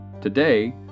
Today